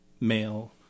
male